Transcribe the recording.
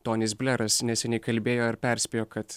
tonis bleras neseniai kalbėjo ir perspėjo kad